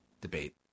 debate